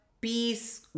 Peace